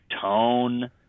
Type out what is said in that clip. tone